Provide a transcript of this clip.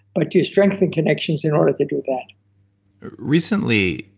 but you strengthen connections in order to do that recently,